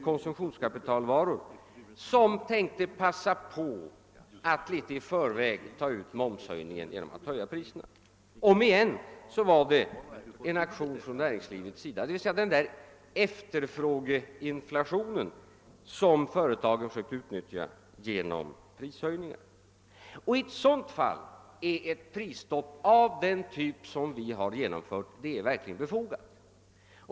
konsumtionskapitalvaror och som tänkt passa på att litet i förväg ta ut momshöjningen genom att höja priserna. Återigen var det en aktion från näringslivets sida, dvs. den där efterfrågeinflationen som företagen försökte utnyttja genom prishöjningar. I ett sådant fall är ett prisstopp av den typ vi genomfört verkligen befogat.